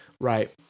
Right